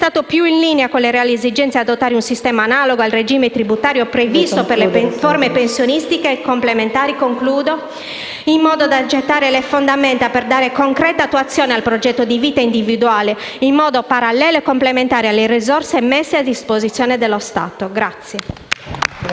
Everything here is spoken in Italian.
stato più in linea con le reali esigenze adottare un sistema analogo al regime tributario previsto per le forme pensionistiche complementari, così da gettare le fondamenta per dare concreta attuazione al progetto di vita individuale in modo parallelo e complementare alle risorse messe a disposizione dallo Stato.